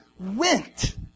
went